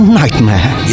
nightmare